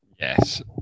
Yes